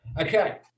Okay